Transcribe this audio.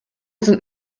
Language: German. sind